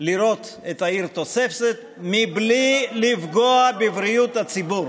לראות את העיר תוססת בלי לפגוע בבריאות הציבור,